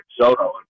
Soto